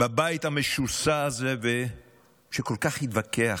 בבית המשוסע הזה, שכל כך התווכח,